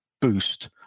boost